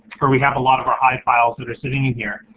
where we have a lot of our hive files that are sitting in here.